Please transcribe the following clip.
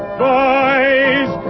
boys